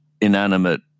inanimate